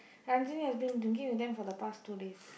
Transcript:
Ranjini has been drinking with them for the past two days